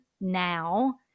now